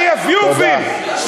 היפיופים,